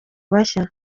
bashya